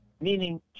meaning